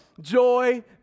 joy